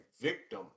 victim